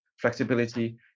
flexibility